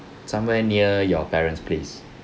somewhere near your parents' place